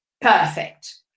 perfect